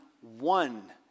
one